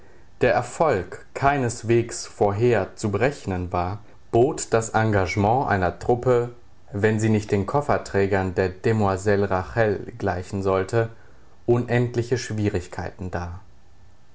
der erfolg keineswegs vorher zu berechnen war bot das engagement einer truppe wenn sie nicht den kofferträgern der demoiselle rachel gleichen sollte unendliche schwierigkeiten dar